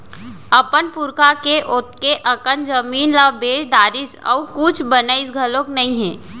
अपन पुरखा के ओतेक अकन जमीन ल बेच डारिस अउ कुछ बनइस घलोक नइ हे